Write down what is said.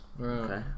Okay